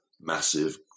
massive